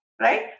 right